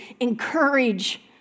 Encourage